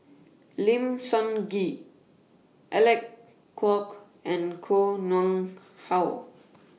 Lim Sun Gee Alec Kuok and Koh Nguang How